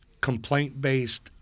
complaint-based